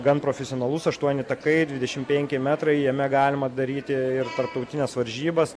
gan profesionalus aštuoni takai dvidešim penki metrai jame galima daryti ir tarptautines varžybas